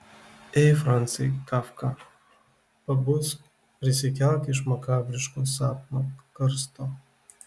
ei francai kafka pabusk prisikelk iš makabriško sapno karsto